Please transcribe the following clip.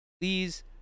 please